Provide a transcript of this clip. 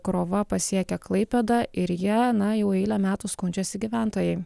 krova pasiekia klaipėdą ir ja na jau eilę metų skundžiasi gyventojai